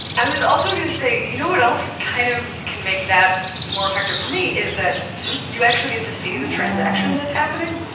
i was also going to say, you know what else kind of can make that more a factor for me is that so you actually get to see the transaction that's happening,